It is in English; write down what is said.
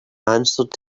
answered